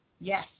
Yes